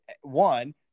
One